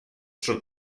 schon